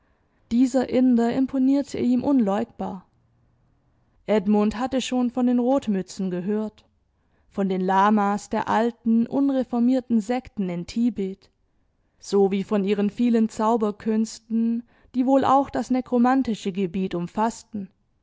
dieser inder imponierte ihm unleugbar edmund hatte schon von den rotmützen gehört von den lamas der alten unreformierten sekten in tibet sowie von ihren vielen zauberkünsten die wohl auch das nekromantische gebiet umfaßten